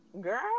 Girl